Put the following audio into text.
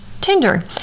tinder